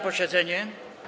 posiedzenie.